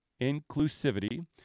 inclusivity